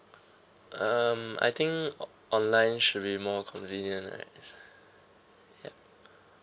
um I think on online should be more convenient right